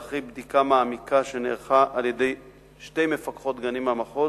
ואחרי בדיקה מעמיקה שנערכה על-ידי שתי מפקחות גנים מהמחוז